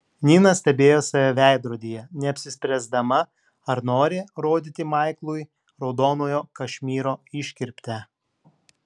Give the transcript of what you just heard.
nina stebėjo save veidrodyje neapsispręsdama ar nori rodyti maiklui raudonojo kašmyro iškirptę